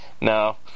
no